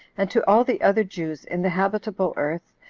and to all the other jews in the habitable earth,